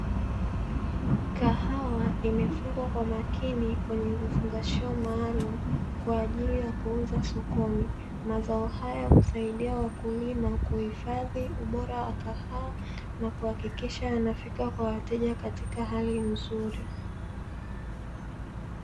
Kahawa imefungwa kwa makini kwenye vifungashio maalumu, kwa ajili ya kuuza sokoni. Mazao haya husaidia wakulima kuhifadhi ubora wa kahawa na kuhakikisha yanafika kwa wateja katika hali nzuri.